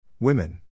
Women